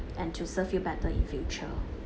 and to serve you better in future